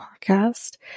Podcast